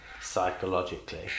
psychologically